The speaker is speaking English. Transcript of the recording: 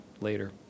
later